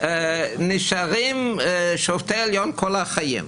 נשארים שופטי העליון כל החיים.